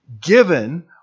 given